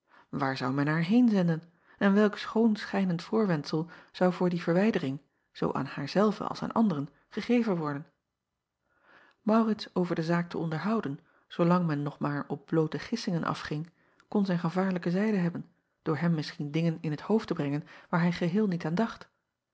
aar zou men haar heenzenden en welk schoonschijnend voorwendsel zou voor die verwijdering zoo aan haar zelve als aan anderen gegeven worden aurits over de zaak te onderhouden zoolang men nog maar op bloote gissingen afging kon zijn gevaarlijke zijde hebben door hem misschien dingen in t hoofd te brengen waar hij geheel niet